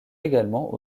également